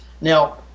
Now